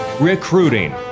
recruiting